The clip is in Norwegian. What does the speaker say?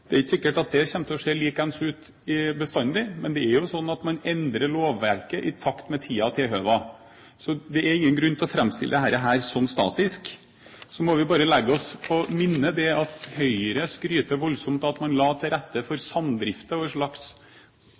Det er ikke sikkert at det kommer til å se likedan ut bestandig, men det er jo sånn at man endrer lovverket i takt med tiden og tilhøvet. Så det er ingen grunn til å framstille dette som statisk. Så må vi bare legge oss på minne at Høyre skryter voldsomt av at man la til rette for samdrift og en slags